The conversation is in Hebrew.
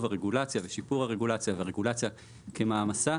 הרגולציה ושיפור הרגולציה והרגולציה כמעמסה,